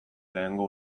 lehengo